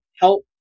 help